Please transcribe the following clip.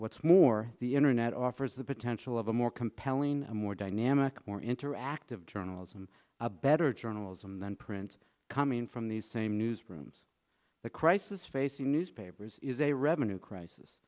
what's more the internet offers the potential of a more compelling more dynamic more interactive journalism a better journalism then print coming from these same newsrooms the crisis facing newspapers is a revenue crisis